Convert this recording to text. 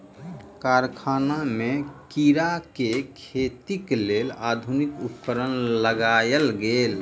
कारखाना में कीड़ा के खेतीक लेल आधुनिक उपकरण लगायल गेल